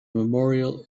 memorial